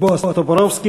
בועז טופורובסקי.